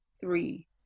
three